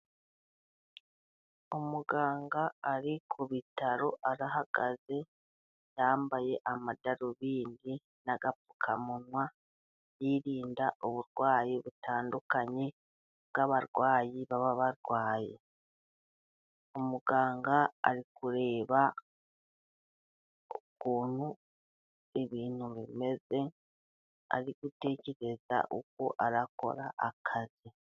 Umuganga ari ku bitaro arahagaze，yambaye amadarubindi n'agapfukamunwa， yirinda uburwayi butandukanye bw’abarwayi baba barwaye. Umuganga ari kureba ukuntu ibintu bimeze， ari gutekereza uko arakora akazi.